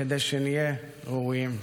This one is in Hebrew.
כדי שנהיה ראויים.